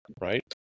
Right